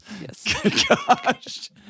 Yes